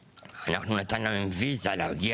אנחנו בסוף נתנו להם ויזה כדי להגיע